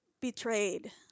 betrayed